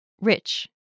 Rich